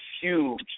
huge